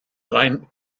rhein